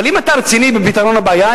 אבל אם אתה רציני בפתרון הבעיה,